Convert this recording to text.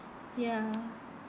ya